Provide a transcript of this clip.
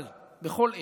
אבל, בכל עת,